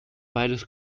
beides